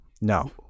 no